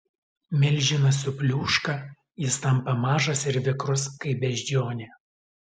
milžinas supliūška jis tampa mažas ir vikrus kaip beždžionė